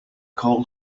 coal